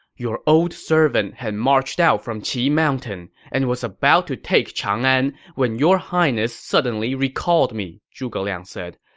your old servant had marched out from qi mountain and was about to take chang'an when your highness suddenly recalled me, zhuge liang said.